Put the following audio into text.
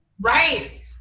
Right